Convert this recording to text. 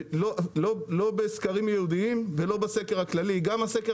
לא בסקרים ייעודיים ולא בסקר הכללי גם את הסקר